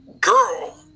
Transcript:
girl